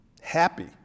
happy